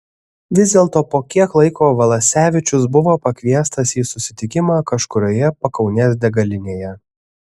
vis dėlto po kiek laiko valasevičius buvo pakviestas į susitikimą kažkurioje pakaunės degalinėje